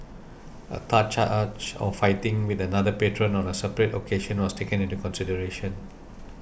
a third charge of fighting with another patron on a separate occasion was taken into consideration